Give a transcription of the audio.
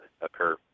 occur